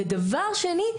אני לא מכיר את התוכנית,